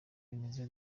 bimeze